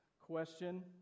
question